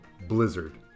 Blizzard